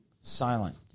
silent